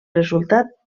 resultat